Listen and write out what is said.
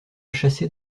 chassé